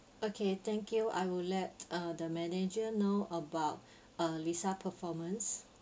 okay thank you I will let uh the manager know about uh lisa performance